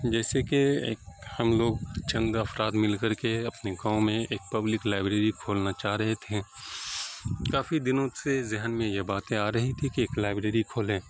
جیسے کہ ایک ہم لوگ چند افراد مل کر کے اپنے گاؤں میں ایک پبلک لائبریری کھولنا چاہ رہے تھے کافی دنوں سے ذہن میں یہ باتیں آ رہی تھی کہ ایک لائبریری کھولیں